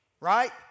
right